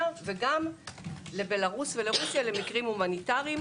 וגם לבלרוס ולרוסיה למקרים הומניטריים,